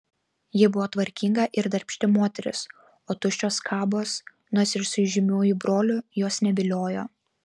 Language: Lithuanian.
ji buvo tvarkinga ir darbšti moteris o tuščios kabos nors ir su įžymiuoju broliu jos neviliojo